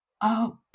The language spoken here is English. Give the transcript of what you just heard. up